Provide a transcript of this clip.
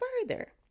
further